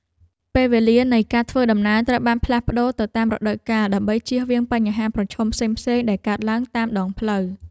ពេលវេលានៃការធ្វើដំណើរត្រូវបានផ្លាស់ប្តូរទៅតាមរដូវកាលដើម្បីជៀសវាងបញ្ហាប្រឈមផ្សេងៗដែលកើតឡើងតាមដងផ្លូវ។